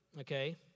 okay